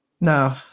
No